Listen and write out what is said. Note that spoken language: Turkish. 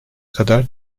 kadar